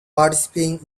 participating